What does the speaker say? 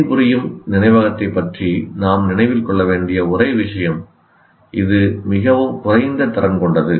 பணிபுரியும் நினைவகத்தைப் பற்றி நாம் நினைவில் கொள்ள வேண்டிய ஒரே விஷயம் இது மிகவும் குறைந்த திறன் கொண்டது